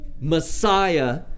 Messiah